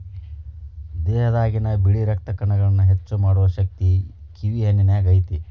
ದೇಹದಾಗಿನ ಬಿಳಿ ರಕ್ತ ಕಣಗಳನ್ನಾ ಹೆಚ್ಚು ಮಾಡು ಶಕ್ತಿ ಈ ಕಿವಿ ಹಣ್ಣಿನ್ಯಾಗ ಐತಿ